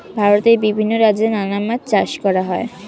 ভারতে বিভিন্ন রাজ্যে নানা মাছ চাষ করা হয়